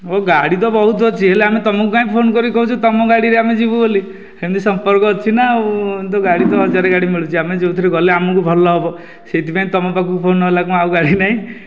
ହଁ ଗାଡ଼ି ତ ବହୁତ ଅଛି ହେଲେ ଆମେ ତୁମକୁ କାହିଁ ଫୋନ କରି କହୁଛୁ ତମ ଗାଡ଼ିରେ ଯିବୁ ବୋଲି ସେମିତି ସମ୍ପର୍କ ଅଛି ନା ଆଉ ଏମିତି ତ ହଜାର ଗାଡ଼ି ମିଳୁଛି ଆମେ ଯେଉଁଥିରେ ଆମକୁ ଗଲେ ଭଲ ହେବ ସେଥିପାଇଁ ତୁମ ପାଖକୁ ଫୋନ ହେଲା ନହେଲେ ଆଉ କ'ଣ ଗାଡ଼ି ନାହିଁ